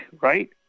right